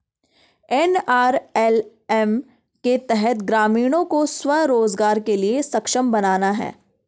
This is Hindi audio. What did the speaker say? एन.आर.एल.एम के तहत ग्रामीणों को स्व रोजगार के लिए सक्षम बनाना है